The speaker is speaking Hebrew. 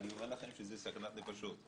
אני אומר לכם שזאת סכנת נפשות.